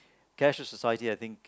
cashless society I think